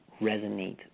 resonate